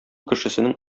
кешесенең